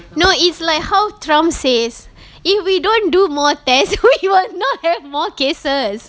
no it's like how trump says if we don't do more tests we will not have more cases